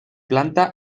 planta